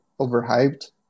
overhyped